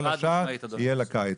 וכל השאר יהיה לקיץ.